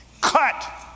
cut